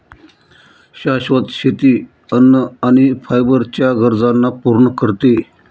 शाश्वत शेती अन्न आणि फायबर च्या गरजांना पूर्ण करते